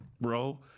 Bro